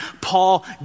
Paul